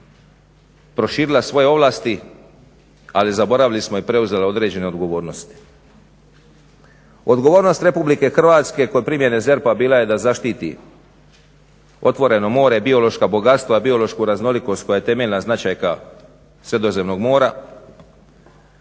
proširila svoje ovlasti, ali zaboravili smo i preuzela određene odgovornosti. Odgovornost Republike Hrvatske kod primjene ZERP-a bila je da zaštiti otvoreno more, biološka bogatstva, biološku raznolikost koja je temeljna značajka Sredozemnog mora.